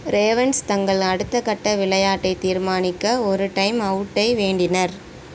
ravens தங்கள் அடுத்தக்கட்ட விளையாட்டைத் தீர்மானிக்க ஒரு டைம் அவுட்டை வேண்டினர்